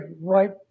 right